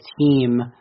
team